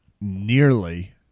nearly